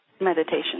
meditation